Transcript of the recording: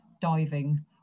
diving